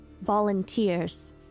volunteers